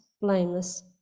blameless